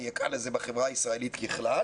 נקרא לזה,